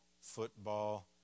football